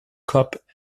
cup